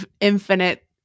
infinite